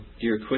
dear